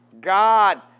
God